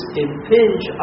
impinge